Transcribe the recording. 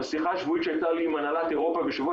בשיחה שבועית שהייתה לי עם הנהלת אירופה בשבוע